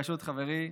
בראשות חברי,